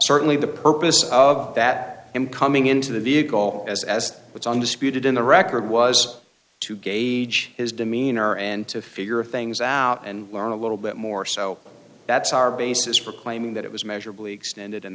certainly the purpose of that him coming into the vehicle as as it's undisputed in the record was to gauge his demeanor and to figure things out and learn a little bit more so that's our basis for claiming that it was measurably